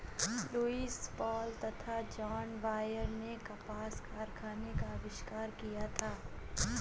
Lewis Paul तथा John Wyatt ने कपास कारखाने का आविष्कार किया था